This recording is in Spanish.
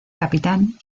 capitán